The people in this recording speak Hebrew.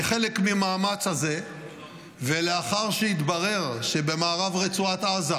כחלק מהמאמץ הזה ולאחר שהתברר שבמערב רצועת עזה,